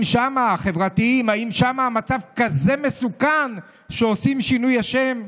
החברתיים, האם שם המצב כזה מסוכן שעושים שינוי שם?